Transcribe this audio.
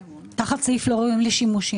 תחת סעיף "לא ראויים לשימוש".